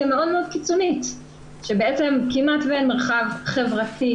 מאוד קיצונית שבעצם כמעט ואין מרחב חברתי,